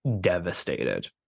devastated